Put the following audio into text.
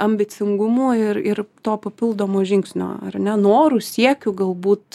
ambicingumu ir ir to papildomu žingsnio ar ne noru siekiu galbūt